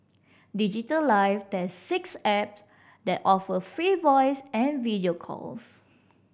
Digital Life tests six apps that offer free voice and video calls